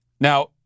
Now